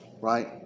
right